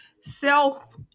self